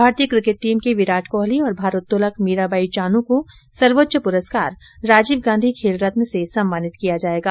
भारतीय cricket team के विराट कोहली और भारोत्तोलक मीरा बाई चानू को सर्वोच्च पुरस्कार राजीव गांधी खेल रत्न से सम्मानित किया जाएगा